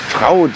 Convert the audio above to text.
Frau